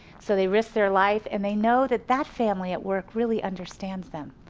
so they risk their life and they know that that family at work really understands them.